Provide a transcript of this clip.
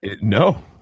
No